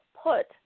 put